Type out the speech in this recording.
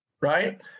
right